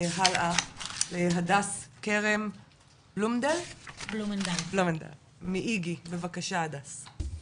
הלאה, הדס כרם בלומנדל מאיגי, בבקשה הדס.